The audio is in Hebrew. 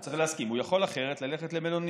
הוא צריך להסכים, אחרת הוא יכול ללכת למלונית.